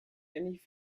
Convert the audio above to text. any